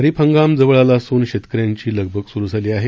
खरीप हंगाम जवळ आला असून शेतकऱ्यांची लगबग सुरू झाली आहे